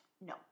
no